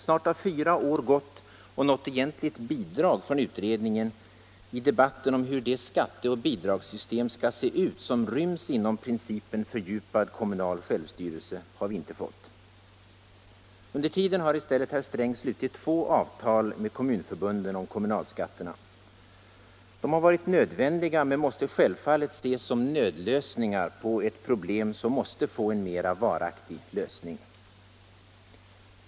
Snart har fyra år gått och något egentligt bidrag från utredningen i debatten om hur det skatteoch bidragssystem skall se ut som ryms inom principen fördjupad kommunal självstyrelse har vi inte fått. Under tiden har i stället herr Sträng slutit två avtal med kommunförbunden om kommunalskatterna. De har varit nödvändiga men måste självfallet ses som nödlösningar på ett problem som måste få en mera varaktig lösning.